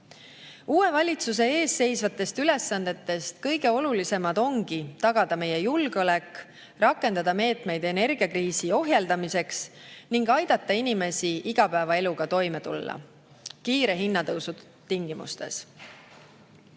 all. Uue valitsuse eesseisvatest ülesannetest kõige olulisemad ongi tagada meie julgeolek, rakendada meetmeid energiakriisi ohjeldamiseks ning aidata inimesi igapäevaeluga toime tulla kiire hinnatõusu tingimustes.24.